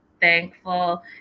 thankful